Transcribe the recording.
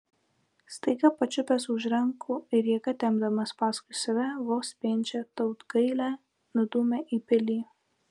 staiga pačiupęs už rankų ir jėga tempdamas paskui save vos spėjančią tautgailę nudūmė į pilį